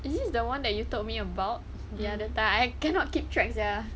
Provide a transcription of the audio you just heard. is it the one that you told me about the other time I cannot keep track sia